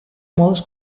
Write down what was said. mouse